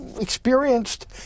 experienced